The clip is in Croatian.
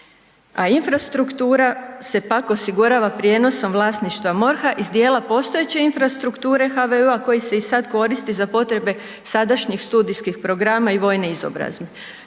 a infrastruktura se pak osigurava prijenosom vlasništva MORH-a iz dijela postojeće infrastrukture HVU-a koji se i sad koristi za potrebe sadašnjih studijskih programa i vojne izobrazbe.